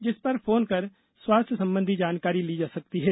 जिस पर फोन कर स्वस्थ्य संबंध जानकारी ली जा सकती है